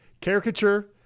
caricature